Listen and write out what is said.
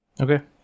Okay